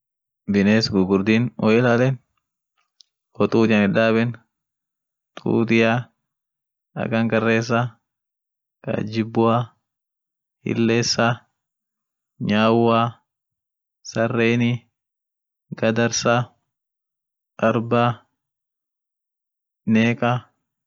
biness gugurdin wo ilalen, wotutian it daben, tutia, hakankaresa, kajibbua, hillesa, nyaua, sareni, gadarsa, arba, neeqa, malumsun.